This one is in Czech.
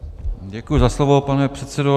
Děkuji za slovo, pane předsedo.